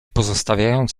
pozostawiając